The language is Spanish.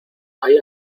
ahí